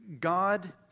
God